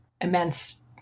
immense